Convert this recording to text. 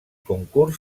concurs